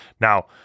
now